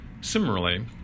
Similarly